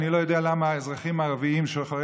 אני לא יודע למה האזרחים הערבים שוחרי